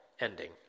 ending